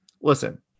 Listen